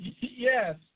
Yes